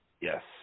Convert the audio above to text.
yes